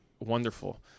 Wonderful